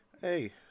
Hey